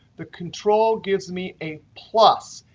the control gives me a plus.